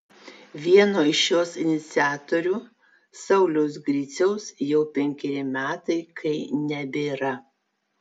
vieno iš jos iniciatorių sauliaus griciaus jau penkeri metai kai nebėra